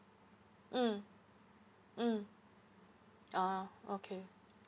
mm mm ah okay